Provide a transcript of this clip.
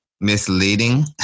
misleading